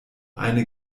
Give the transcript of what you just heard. eine